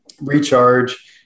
recharge